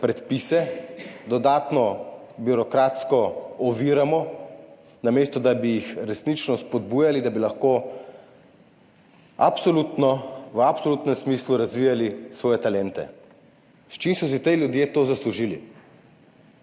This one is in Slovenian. predpise, jih dodatno birokratsko oviramo, namesto da bi jih resnično spodbujali, da bi lahko v absolutnem smislu razvijali svoje talente? S čim so si ti ljudje to zaslužili?